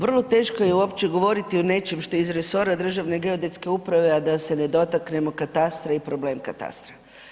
Vrlo teški je uopće govoriti o nečem što je iz resora Državne geodetske uprave a da se ne dotaknemo katastra i problem katastra.